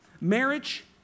Marriage